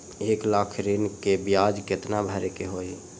एक लाख ऋन के ब्याज केतना भरे के होई?